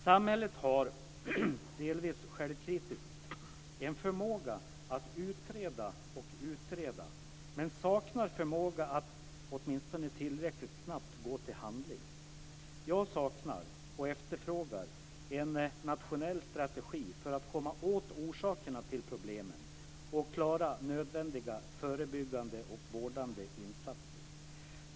Samhället har - jag är delvis självkritisk - en förmåga att utreda och utreda men saknar förmåga att åtminstone tillräckligt snabbt gå till handling. Jag saknar och efterfrågar en nationell strategi för att komma åt orsakerna till problemen och klara av nödvändiga, förebyggande och vårdande insatser.